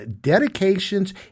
dedications